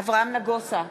אברהם נגוסה,